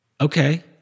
Okay